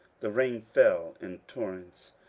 the rain fell in torrents,